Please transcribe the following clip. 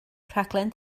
rhaglen